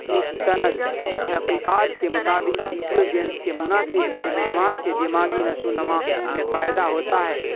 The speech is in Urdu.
مستند تحقیقات کے مطابق ویڈیو گیمس کے مناسب استعمال سے دماغی نشو و نما میں فائدہ ہوتا ہے